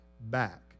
back